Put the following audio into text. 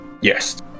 Yes